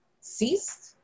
ceased